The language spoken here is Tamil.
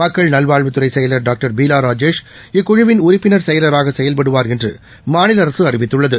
மக்கள் நல்வாழ்வுத்துறைசெயலர் டாக்டர் பீலாராஜேஷ் இக்குழுவின் உறுப்பினர் செயலராகசெயல்படுவார் என்றுமாநிலஅரசுஅறிவித்துள்ளது